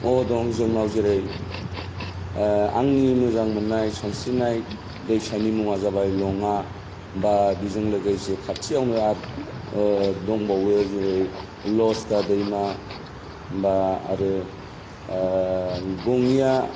अ दं जोंनाव जेरै आंनि मोजां मोन्नाय सानस्रिनाय दैसानि मुङा जाबाय लङा बा बिजों लोगोसे खाथियावनो आरो दंबावो जेरै लस्का दैमा बा आरो गङिया